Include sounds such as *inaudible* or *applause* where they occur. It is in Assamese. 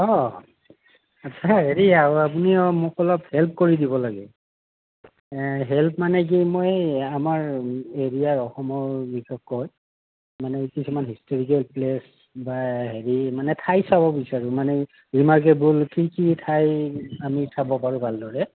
অঁ *unintelligible* হেৰি আপুনি আৰু মোক অলপ হেল্প কৰি দিব লাগে হেল্প মানে কি মই আমাৰ এৰিয়াৰ অসমৰ বিশেষকৈ মানে কিছুমান হিষ্টৰিকেল প্লেচ বা হেৰি মানে ঠাই চাব বিচাৰোঁ মানে ৰিমাৰ্কেবোল কি কি ঠাই আমি চাব পাৰোঁ ভালদৰে